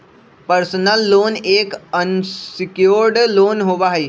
personal loan एक unsecured loan होबा हई